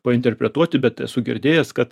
painterpretuoti bet esu girdėjęs kad